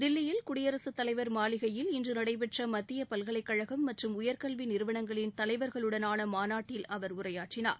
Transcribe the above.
தில்லியில் குடியரசு தலைவர் மாளிகையில் இன்று நடைபெற்ற மத்திய பல்கலைக் கழகம் மற்றும் உயர் கல்வி நிறுவனங்களின் தலைவர்களுடனான மாநாட்டில் அவர் உரையாற்றினார்